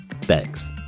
Thanks